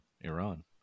Iran